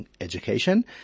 Education